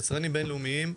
יצרנים בין-לאומיים,